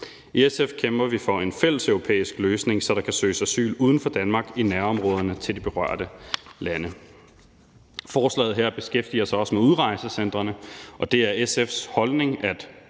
I SF kæmper vi for en fælles europæisk løsning, så der kan søges asyl uden for Danmark i nærområderne til de berørte lande. Forslaget her beskæftiger sig også med udrejsecentrene, og det er SF's holdning, at